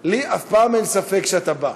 לי אף פעם אין ספק שאתה בא,